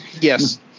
Yes